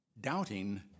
Doubting